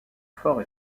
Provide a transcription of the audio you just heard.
fort